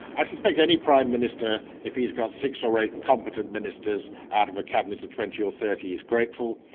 i suspect any prime minister, if he's got six or eight competent ministers out of a cabinet of twenty or thirty, he's grateful.